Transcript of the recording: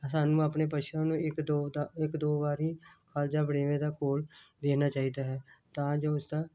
ਸਾਨੂੰ ਆਪਣੇ ਪਸ਼ੂਆਂ ਨੂੰ ਇੱਕ ਦੋ ਇੱਕ ਦੋ ਵਾਰ ਖਲ੍ਹ ਜਾਂ ਵੜੇਵੇਂ ਦਾ ਘੋਲ ਦੇਣਾ ਚਾਹੀਦਾ ਹੈ ਤਾਂ ਜੋ ਇਸ ਦਾ